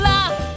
Love